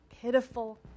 pitiful